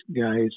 guys